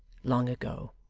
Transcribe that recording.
long ago.